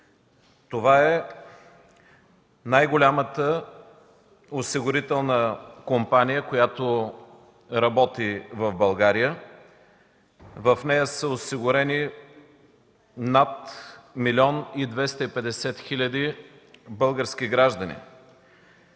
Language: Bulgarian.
Това е най-голямата осигурителна компания, която работи в България. В нея са осигурени над 1 млн. 250 хиляди български граждани.